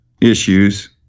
issues